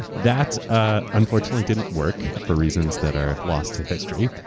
that, ah unfortunately, didn't work for reasons that are lost to history.